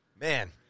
man